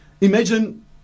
Imagine